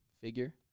figure